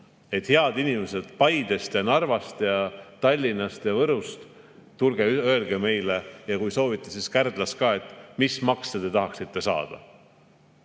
head inimesed Paidest, Narvast, Tallinnast, Võrust, tulge öelge meile – ja kui soovite, siis Kärdlast ka –, mis makse te tahaksite saada!